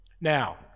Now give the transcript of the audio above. Now